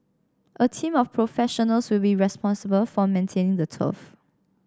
a team of professionals will be responsible for maintaining the turf